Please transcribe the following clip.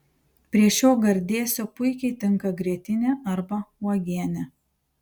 prie šio gardėsio puikiai tinka grietinė arba uogienė